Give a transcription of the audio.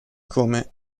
come